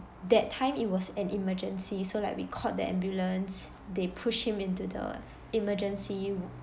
that time it was an emergency so like we called the ambulance they pushed him into the emergency